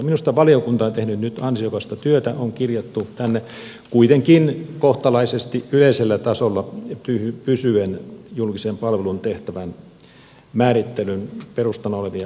minusta valiokunta on tehnyt nyt ansiokasta työtä on kirjattu tänne kuitenkin kohtalaisesti yleisellä tasolla pysyen julkisen palvelun tehtävän määrittelyn perustana olevia asioita